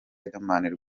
riderman